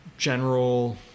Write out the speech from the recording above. general